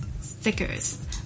stickers